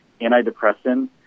antidepressant